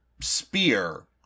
spear